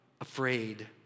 afraid